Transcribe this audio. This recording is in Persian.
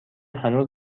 هنوز